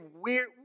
weird